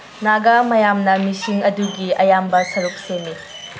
ꯅꯥꯒꯥ ꯃꯌꯥꯝꯅ ꯃꯤꯁꯤꯡ ꯑꯗꯨꯒꯤ ꯑꯌꯥꯝꯕ ꯁꯔꯨꯛ ꯁꯦꯝꯃꯤ